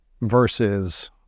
versus